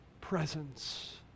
presence